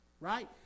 Right